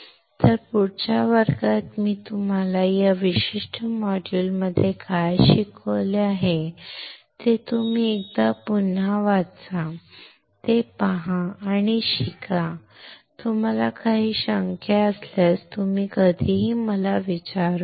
तर पुढच्या वर्गापर्यंत मी तुम्हाला या विशिष्ट मॉड्यूलमध्ये काय शिकवले आहे ते तुम्ही पुन्हा एकदा पहा ते पहा ते शिका आणि तुम्हाला काही शंका असल्यास तुम्ही मला कधीही विचारू शकता